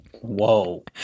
Whoa